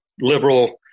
liberal